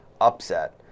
upset